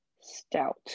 stout